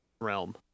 realm